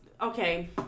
okay